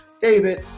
David